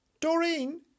Doreen